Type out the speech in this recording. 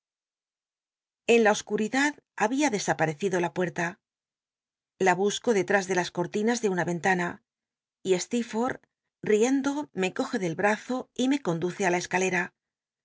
en la oscuridad habia desaparecido la puerta la busco delrlis de las cortinas de una rentana y stee rfor'lb iendo me coge del bazo y me conduce ü la e